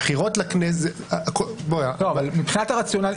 מבחינת הרציונל,